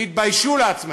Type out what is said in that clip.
תתביישו לעצמכם,